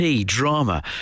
drama